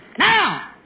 Now